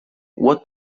what